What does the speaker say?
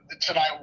tonight